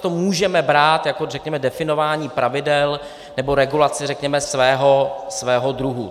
Tohle můžeme brát jako řekněme definování pravidel nebo regulace řekněme svého druhu.